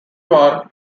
war